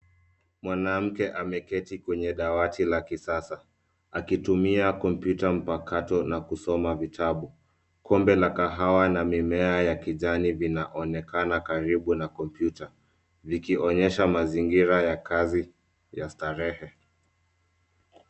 Mwanamke ameketi kwenye dawati la kisasa, akitumia komputa mpakato na kusoma vitabu. Kombe la kahawa na mimea ya kijani vinaonekana karibu na kompyuta; vikionyesha mazingira ya kazi ya starehe.